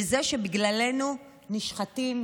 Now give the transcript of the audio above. בזה שבגללנו נשחטים,